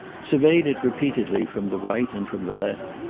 surveyed it repeatedly from the right and from the left,